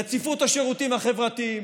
רציפות השירותים החברתיים,